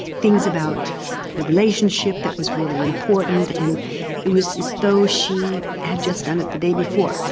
things about the relationship that was really important and it was as though she had just done it the day before.